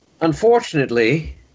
unfortunately